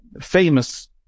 famous